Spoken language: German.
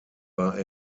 war